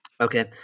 Okay